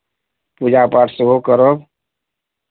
पूजा पाठ सेहो करब